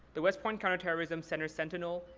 the west point counterterrorism center sentinel,